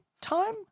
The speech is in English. time